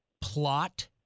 plot